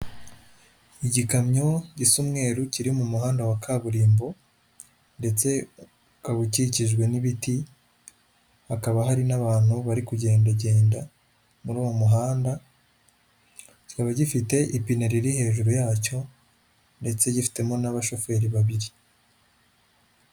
Igikamyo gisa umweru kiri mu muhanda wa kaburimbo ndetse ukaba ukikijwe n'ibiti, hakaba hari n'abantu bari kugendagenda muri uwo muhanda, kikaba gifite ipine riri hejuru yacyo ndetse gifitemo n'abashoferi babiri.